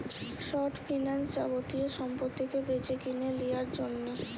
short finance যাবতীয় সম্পত্তিকে বেচেকিনে লিয়ার জন্যে